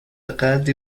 قدری